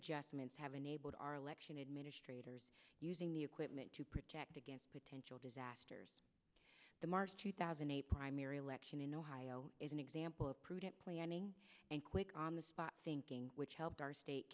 adjustments have enabled our election administrators using the equipment to protect against potential disasters the march two thousand a primary election in ohio is an example of prudent planning and quick on the spot thinking which helped our state